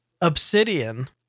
Obsidian